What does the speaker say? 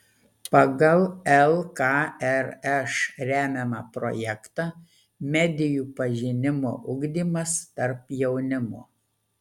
pagal lkrš remiamą projektą medijų pažinimo ugdymas tarp jaunimo